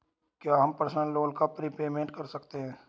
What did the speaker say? क्या हम personal loan का प्रीपेमेंट कर सकते हैं?